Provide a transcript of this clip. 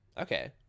Okay